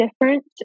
different